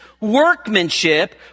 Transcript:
workmanship